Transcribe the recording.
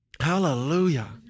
Hallelujah